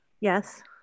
Yes